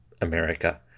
America